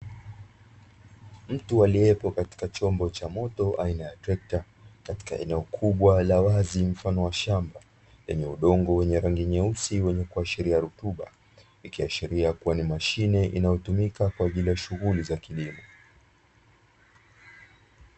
Mtu aliyepo katika chombo cha moto aina ya trekta katika eneo, kubwa la wazi mfano wa shamba lenye udongo wenye rangi nyeusi, wenye kuashiria rutuba, ikiashiria kuwa ni mashine inayotumika kwa ajili ya shughuli za kilimo.